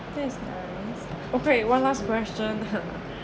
that's nice okay one last question